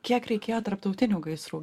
kiek reikėjo tarptautinių gaisrų